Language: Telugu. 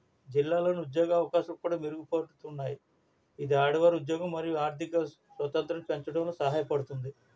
జిల్లాలోని ఉద్యోగ అవకాశాలను కూడా మెరుగుపడుతున్నాయి ఇది ఆడవారు ఉద్యోగం మరియు ఆర్థిక స్వతంత్రుని పెంచడంలో సహాయపడుతుంది